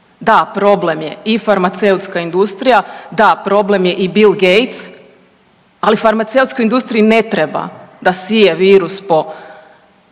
Da problem je i farmaceutska industrija, da problem je i Bill Gates, ali farmaceutskoj ne treba da sije virus po